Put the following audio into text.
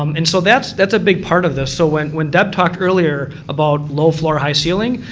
um and so that's that's a big part of this. so when when deb talked earlier about low floor, high ceiling.